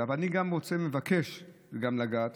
אני מבקש לגעת